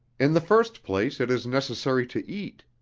in the first place it is necessary to eat,